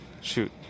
Shoot